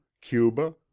Cuba